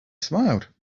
smiled